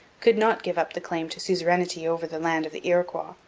could not give up the claim to suzerainty over the land of the iroquois.